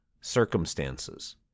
circumstances